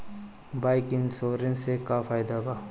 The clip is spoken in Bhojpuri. बाइक इन्शुरन्स से का फायदा बा?